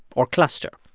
or cluster.